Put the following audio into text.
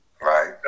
Right